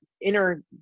inner